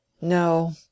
No